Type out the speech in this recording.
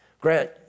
grant